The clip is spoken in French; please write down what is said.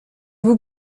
vous